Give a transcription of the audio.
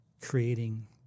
creating